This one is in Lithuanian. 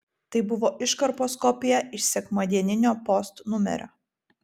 tai buvo iškarpos kopija iš sekmadieninio post numerio